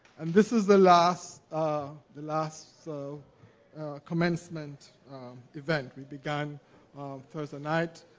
and this is the last ah the last so commencement event. we began thursday night,